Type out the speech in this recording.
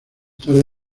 tarde